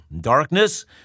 Darkness